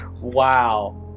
Wow